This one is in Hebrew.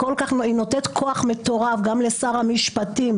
היא נותנת כוח מטורף גם לשר המשפטים